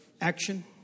action